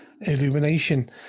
Illumination